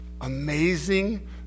amazing